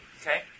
Okay